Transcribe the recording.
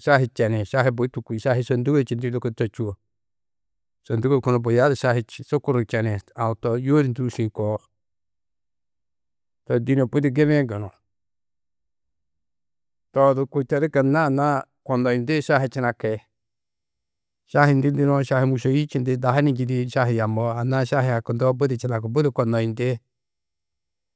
šahi čeni, šahi bui tûki šahi sôndugo čindi lôko to čûo, sôndugo kunu buya du šahi čî sukur čeni aũ to yûodi tûusi koo. To dîne budi gibi-ĩ gunu. To odu kôi to di gunna anna-ã konoyindi. Šahi činaki, šahi ndi nuwo šahi mûšeyi čindi. Dahu ni njîdi šahi yammoó anna-ã šahi hakundoo budi čidaku budi konnoyindi.